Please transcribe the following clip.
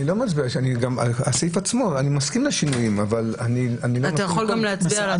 אני מקווה שהצו כן יאושר אבל זה לא פוטר אתכם מלהתייחס לבקשה שלנו בנושא